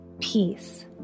Peace